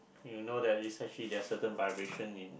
you know that it's actually there are certain vibration in